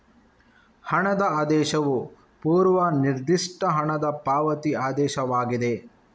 ಹಣದ ಆದೇಶವು ಪೂರ್ವ ನಿರ್ದಿಷ್ಟ ಹಣದ ಪಾವತಿ ಆದೇಶವಾಗಿದೆ